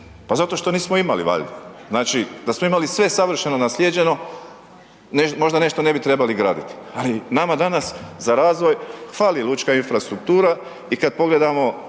pa zato što nismo imali valjda. Znači, da smo imali sve savršeno naslijeđeno, možda nešto ne bi trebali graditi, ali nama, danas, za razvoj fali lučka infrastruktura i kada pogledamo